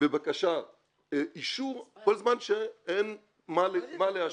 בבקשה לאישור, כל זמן שאין מה לאשר.